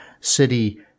city